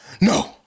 No